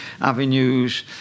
avenues